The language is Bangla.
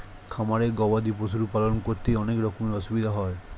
খামারে গবাদি পশুর পালন করতে অনেক রকমের অসুবিধা হয়